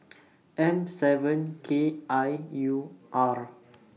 M seven K I U R